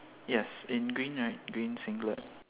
yes in green right green singlet